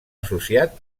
associat